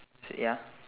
ya